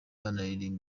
anaririmba